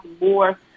more